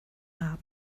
abend